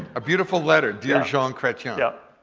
a beautiful letter, dear jean chretien. yeah